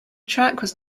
track